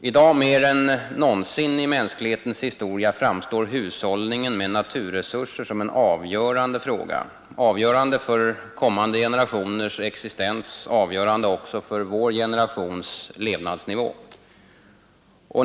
I dag mer än någonsin i mänsklighetens historia framstår hushållningen med naturresurser som en avgörande fråga för kommande generationers existens och för vår generations levnadsnivå.